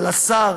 לשר